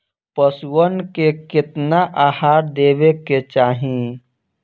पशुअन के केतना आहार देवे के चाही?